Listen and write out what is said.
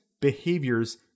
behaviors